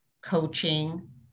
coaching